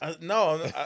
No